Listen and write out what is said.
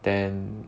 then